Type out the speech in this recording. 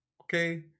Okay